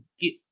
get